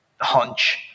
hunch